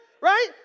Right